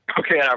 okay. yeah